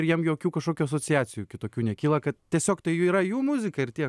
ir jiem jokių kažkokių asociacijų kitokių nekyla kad tiesiog tai jau yra jų muzika ir tiek